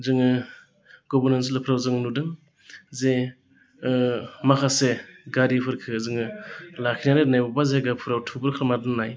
जोङो गुबुन ओनसोलफ्राव जों नुदों जे माखासे गारिफोरखो जोङो लाखिनानै दोननाय अबेबा जायगाफोराव थुबुर खालामनानै दोननाय